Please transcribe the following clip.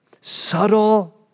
subtle